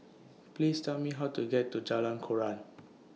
Please Tell Me How to get to Jalan Koran